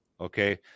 Okay